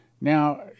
Now